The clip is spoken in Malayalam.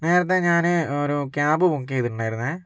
നേരത്തേ ഞാന് ഒരു ക്യാബ് ബുക്ക് ചെയ്തിട്ടുണ്ടായിരുന്നേ